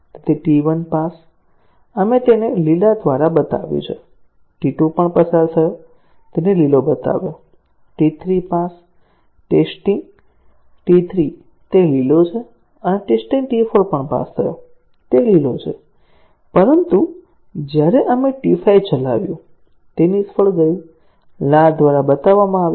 તેથી T 1 pass આપણે તેને લીલા દ્વારા બતાવ્યું છે T 2 પણ પસાર થયો તેને લીલો બતાવ્યો T 3 પાસ ટેસ્ટીંગ T 3 તે લીલો છે અને ટેસ્ટીંગ T 4 પણ પાસ થયો તે લીલો છે પરંતુ જ્યારે આપણે T 5 ચલાવ્યું તે નિષ્ફળ ગયું લાલ દ્વારા બતાવવામાં આવ્યું